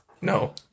No